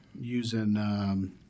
using